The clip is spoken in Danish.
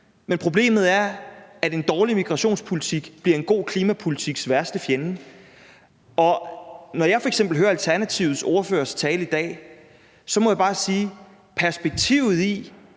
Men problemet er, at en dårlig migrationspolitik bliver en god klimapolitiks værste fjende. Når jeg f.eks. hører Alternativets ordførers tale i dag, må jeg bare sige, at perspektivet i